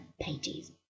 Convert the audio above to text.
pages